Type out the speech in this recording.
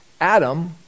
Adam